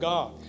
God